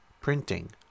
printing